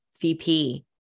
VP